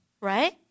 right